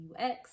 UX